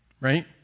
Right